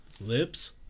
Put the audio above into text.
Lips